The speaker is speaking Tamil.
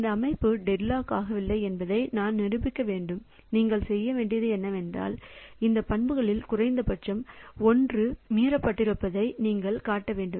இந்த அமைப்பு டெட்லாக் ஆகவில்லை என்பதை நான் நிரூபிக்க வேண்டும் நீங்கள் செய்ய வேண்டியது என்னவென்றால் இந்த பண்புகளில் குறைந்தபட்சம் ஒன்று மீறப்பட்டிருப்பதை நாங்கள் காட்ட வேண்டும்